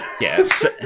Yes